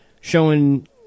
showing